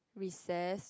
recess